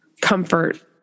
comfort